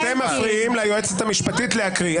אתם מפריעים ליועצת המשפטית להקריא.